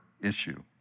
issue